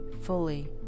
fully